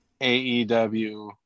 AEW